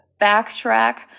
backtrack